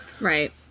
Right